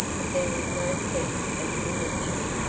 but there was no sense of diminution.